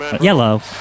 Yellow